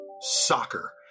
soccer